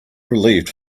relieved